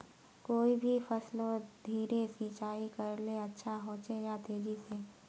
कोई भी फसलोत धीरे सिंचाई करले अच्छा होचे या तेजी से?